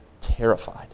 terrified